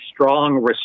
strong